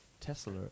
Tesla